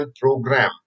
Program